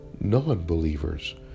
non-believers